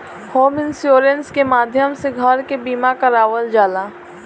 home insurance के माध्यम से घर के बीमा करावल जाला